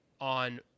on